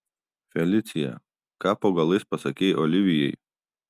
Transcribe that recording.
felicija ką po galais pasakei olivijai